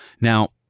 Now